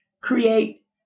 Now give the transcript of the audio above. create